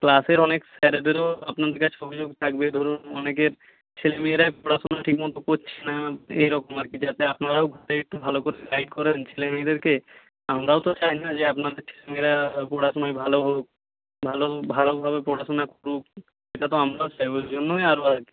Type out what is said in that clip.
ক্লাসের অনেক স্যারেদেরও আপনাদের কাছে অভিযোগ থাকবে ধরুন অনেকের ছেলেমেয়েরা পড়াশুনা ঠিক মতো করছে না এই রকম আর কি যাতে আপনারাও একটু ভালো করে করেন ছেলে মেয়েদেরকে আমরাও তো চাই না যে আপনাদের ছেলেমেয়েরা পড়াশুনায় ভালো হোক ভালো ভালোভাবে পড়াশুনা করুক সেটা তো আমরাও চাইব ওই জন্যই আরও আর কি